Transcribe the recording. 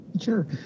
Sure